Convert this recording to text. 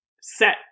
set